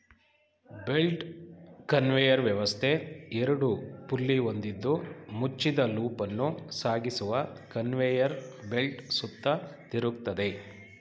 belt conveyor ವ್ಯವಸ್ಥೆ ಎರಡು pulley ಹೊಂದಿದ್ದು ಮುಚ್ಚಿದ ಲೂಪನ್ನು ಸಾಗಿಸುವ ಕನ್ವೇಯರ್ ಬೆಲ್ಟ್ ಸುತ್ತ ತಿರುಗ್ತದೆ